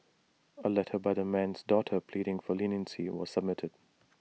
A letter by the man's daughter pleading for leniency was submitted